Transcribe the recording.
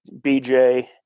BJ